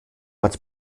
als